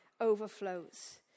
overflows